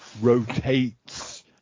rotates